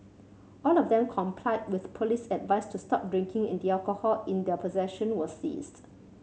all of them complied with police advice to stop drinking and the alcohol in their possession was seized